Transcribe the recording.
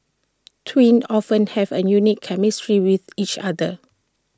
twins often have A unique chemistry with each other